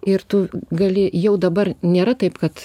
ir tu gali jau dabar nėra taip kad